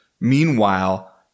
meanwhile